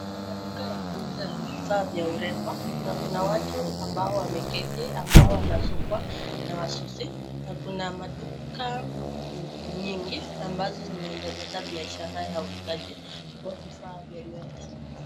Kuna maduka ya kuuza vifaa vya urembo, na kuna watu ambao wameketi ambao wanasukwa na wasusi, na kuna maduka nyingi ambazo zinaendeleza biashara ya uuzaji wa vifaa vya nywele.